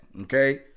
okay